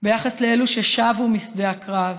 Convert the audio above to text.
ביחס לאלו ששבו משדה הקרב